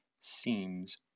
seems